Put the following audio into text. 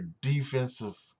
defensive